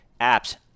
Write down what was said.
apps –